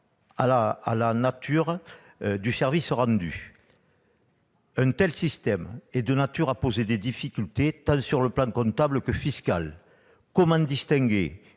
à la nature du service rendu. Un tel système est susceptible de poser des difficultés, sur le plan tant comptable que fiscal : comment distinguer,